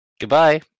Goodbye